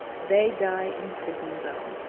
they die in prison, though.